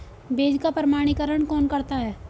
बीज का प्रमाणीकरण कौन करता है?